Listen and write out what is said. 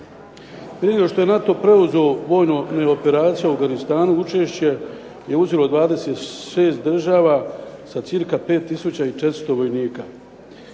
prije nego što je NATO preuzeo vojnu operaciju u Afganistanu, učešće je uzelo 26 država sa cirka 5 tisuća